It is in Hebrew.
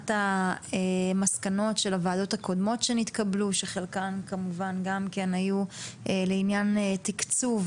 בעקבות מסקנות שנתקבלו בוועדות הקודמות שחלקן היו לעניין תקצוב